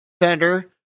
Fender